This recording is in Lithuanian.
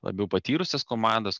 labiau patyrusias komandas